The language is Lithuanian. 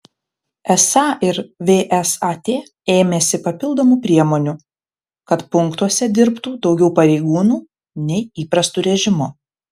esą ir vsat ėmėsi papildomų priemonių kad punktuose dirbtų daugiau pareigūnų nei įprastu režimu